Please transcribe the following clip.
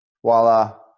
voila